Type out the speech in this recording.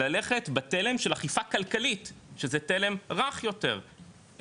ללכת בתלם של אכיפה כלכלית שזה תלם רך יותר,